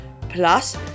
Plus